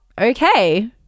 okay